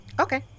Okay